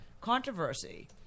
controversy